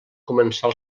començar